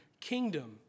kingdom